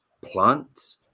plants